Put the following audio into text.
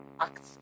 act